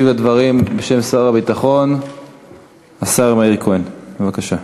ישיב לדברים בשם שר הביטחון השר מאיר כהן, בבקשה.